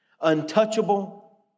untouchable